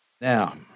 Now